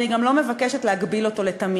והיא גם לא מבקשת להגביל אותו לתמיד.